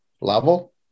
level